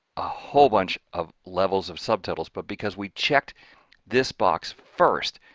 a whole bunch of levels of subtotals but because we checked this box first,